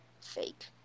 fake